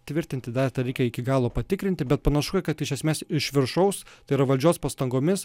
tvirtinti dar tą reikia iki galo patikrinti bet panašu kad iš esmės iš viršaus tai yra valdžios pastangomis